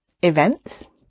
events